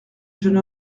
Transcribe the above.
jeune